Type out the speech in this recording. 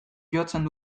jotzen